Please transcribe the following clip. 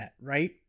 right